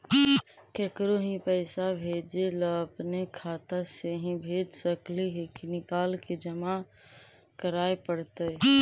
केकरो ही पैसा भेजे ल अपने खाता से ही भेज सकली हे की निकाल के जमा कराए पड़तइ?